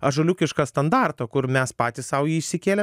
ąžuoliukišką standartą kur mes patys sau jį išsikėlę